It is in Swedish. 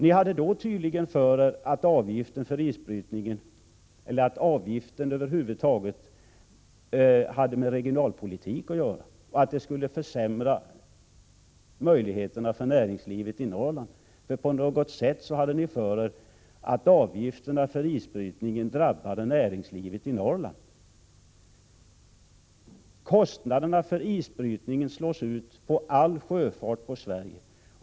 Ni hade då tydligen för er att avgiften för isbrytning och avgiften över huvud taget hade med regionalpolitik att göra och att den skulle försämra möjligheterna för näringslivet i Norrland. På något sätt hade ni fått för er att avgifterna för isbrytningen drabbade näringslivet i Norrland. Kostnaderna för isbrytning slås ut på all sjöfart i Sverige.